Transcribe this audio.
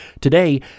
Today